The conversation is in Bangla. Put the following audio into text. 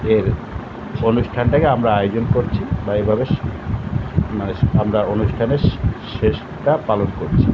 এর অনুষ্ঠানটাকে আমরা আয়োজন করছি বা এইভাবে মানে আমরা অনুষ্ঠানের শেষটা পালন করছি